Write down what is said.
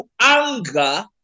anger